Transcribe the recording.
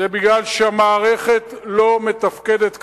זה בגלל שהמערכת לא מתפקדת כראוי.